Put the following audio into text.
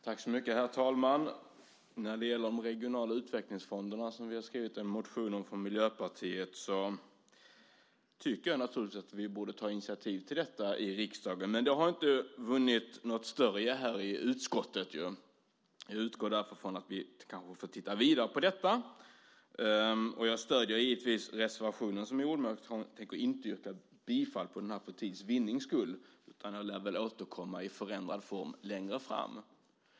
Herr talman! Vi i Miljöpartiet har skrivit en motion om de regionala utvecklingsfonderna. Jag tycker naturligtvis att vi borde ta initiativ till detta i riksdagen, men det har inte vunnit något större gehör i utskottet. Jag utgår därför ifrån att vi får titta vidare på det. Jag stöder givetvis reservationen som vi gjorde, men jag tänker inte yrka bifall till den för att vinna tid. Den lär väl återkomma i förändrad form längre fram.